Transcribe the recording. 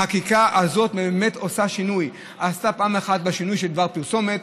החקיקה הזאת באמת עושה שינוי: עשתה פעם אחת בשינוי של דבר פרסומת,